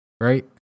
right